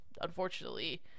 unfortunately